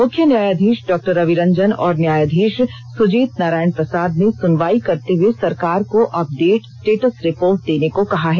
मुख्य न्यायधीश डॉ रवि रंजन और न्यायधीश सुजीत नारायण प्रसाद ने सुनवाई करते हुए सरकार को अपडेट स्टेटस रिपोर्ट देने को कहा है